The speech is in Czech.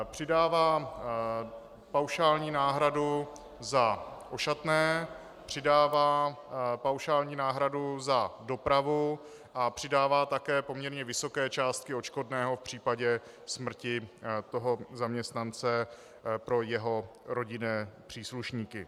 Přidává paušální náhradu za ošatné, přidává paušální náhradu za dopravu a přidává také poměrně vysoké částky odškodného v případě smrti zaměstnance pro jeho rodinné příslušníky.